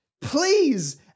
Please